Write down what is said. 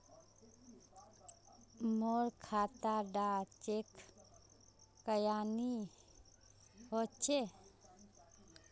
मोर खाता डा चेक क्यानी होचए?